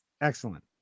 Excellent